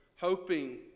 Hoping